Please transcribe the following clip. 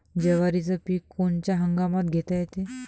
जवारीचं पीक कोनच्या हंगामात घेता येते?